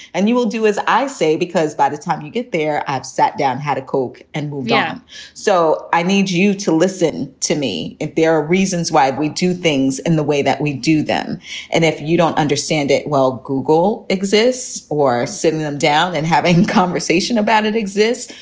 and you will do as i say, because by the time you get there, i've sat down, had a coke, and yeah so i need you to listen to me if there are reasons why we do things in the way that we do them and if you don't understand it, well, google exists or sitting them down and having a conversation about it exists,